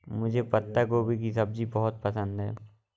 मुझे पत्ता गोभी की सब्जी बहुत पसंद है